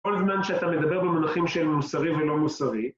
כל זמן שאתה מדבר במונחים של מוסרי ולא מוסרי.